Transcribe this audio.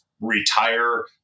retire